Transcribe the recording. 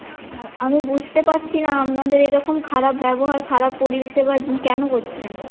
না আমি বুঝতে পারছি না আপনাদের এরকম খারাপ ব্যবহার খারাপ পরিষেবা কেন করছেন